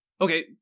Okay